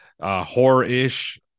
horror-ish